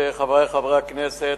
חברי חברי הכנסת,